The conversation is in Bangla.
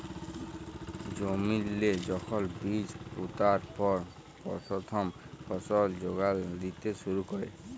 জমিল্লে যখল বীজ পুঁতার পর পথ্থম ফসল যোগাল দ্যিতে শুরু ক্যরে